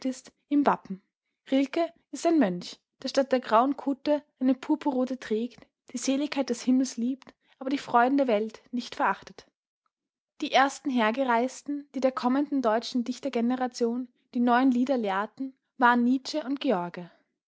im wappen rilke ist ein mönch der statt der grauen kutte eine purpurrote trägt die seligkeit des himmels liebt aber die freuden der welt nicht verachtet die ersten hergereisten die der kommenden deutschen dichtergeneration die neuen lieder lehrten waren nietzsche und george